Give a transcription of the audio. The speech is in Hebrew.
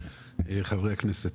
חברי הכנסת,